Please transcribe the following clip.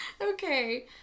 Okay